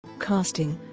casting